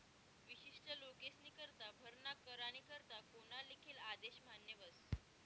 विशिष्ट लोकेस्नीकरता भरणा करानी करता कोना लिखेल आदेश मान्य व्हस